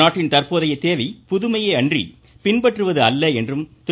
நாட்டின் தற்போதைய தேவை புதுமையே அன்றி பின்பற்றுவது அல்ல என்றும் திரு